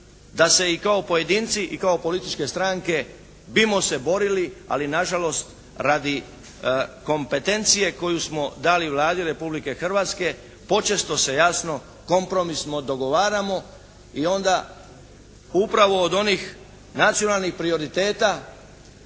da se i kao pojedinci i kako političke stranke bismo se borili ali nažalost radi kompetencije koju smo dali Vladi Republike Hrvatske počesto se jasno kompromisno dogovaramo i onda upravo od onih nacionalnih prioriteta